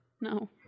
No